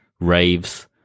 raves